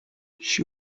she